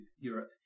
Europe